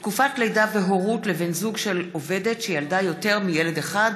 תקופת לידה והורות לבן זוג של עובדת שילדה יותר מילד אחד)